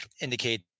indicate